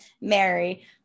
Mary